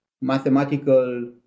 mathematical